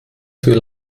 für